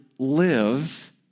live